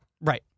Right